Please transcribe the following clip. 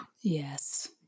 Yes